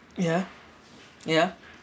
ya ya